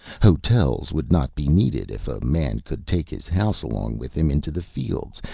hotels would not be needed if a man could take his house along with him into the fields,